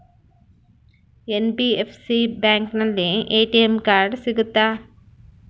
NBFC ಬ್ಯಾಂಕಿನಲ್ಲಿ ATM card ಸಿಗುತ್ತಾ?